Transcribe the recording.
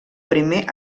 primer